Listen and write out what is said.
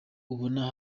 ubona